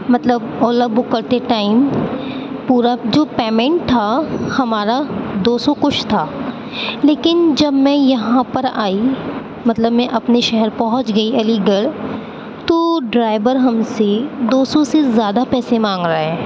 مطلب اولا بک کرتے ٹائم پورا جو پیمنٹ تھا ہمارا دو سو کچھ تھا لیکن جب میں یہاں پر آئی مطلب میں اپنے شہر پہنچ گئی علی گڑھ تو ڈرائبر ہم سے دو سو سے زیادہ پیسے مانگ رہا ہے